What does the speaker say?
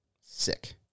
Sick